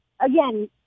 again